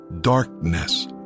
Darkness